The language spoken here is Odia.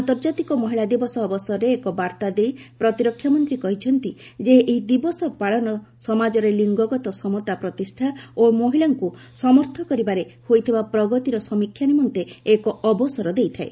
ଆନ୍ତର୍ଜାତିକ ମହିଳା ଦିବସ ଅବସରରେ ଏକ ବାର୍ତ୍ତା ଦେଇ ପ୍ରତିରକ୍ଷାମନ୍ତ୍ରୀ କହିଛନ୍ତି ଯେ ଏହି ଦିବସ ପାଳନ ସମାଜରେ ଲିଙ୍ଗଗତ ସମତା ପ୍ରତିଷ୍ଠା ଓ ମହିଳାଙ୍କୁ ସମର୍ଥ କରିବାରେ ହୋଇଥିବା ପ୍ରଗତିର ସମୀକ୍ଷା ନିମନ୍ତେ ଏକ ଅବସର ଦେଇଥାଏ